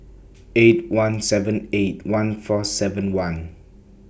eight one seven eight one four seven one